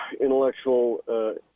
intellectual